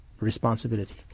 responsibility